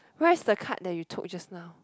where's the card that you took just now